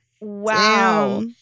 Wow